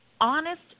honest